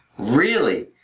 really?